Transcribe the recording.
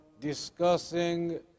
discussing